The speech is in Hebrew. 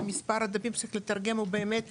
שמספר הדפים שצריך לתרגם הוא באמת רב,